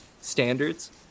standards